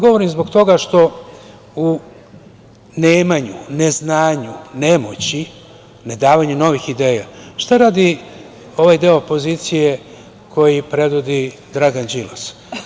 Govorim zbog toga što u nemanju, neznanju, nemoći, nedavanju novih ideja, šta radi ovaj deo opozicije koji predvodi Dragan Đilas?